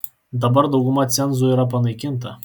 dabar dauguma cenzų yra panaikinta